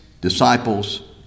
disciples